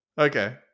Okay